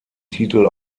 titel